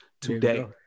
today